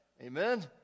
Amen